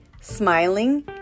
smiling